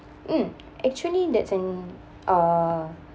um actually that's an uh